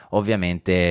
ovviamente